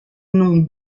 nom